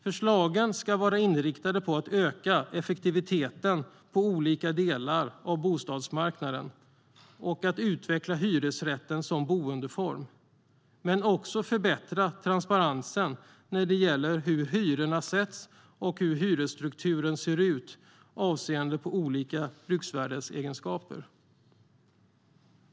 Förslagen ska vara inriktade på att öka effektiviteten på olika delar av bostadsmarknaden, att utveckla hyresrätten som boendeform men också att förbättra transparensen när det gäller hur hyrorna sätts och hur hyresstukturen ser ut med avseende på olika bruksvärdesegenskaper.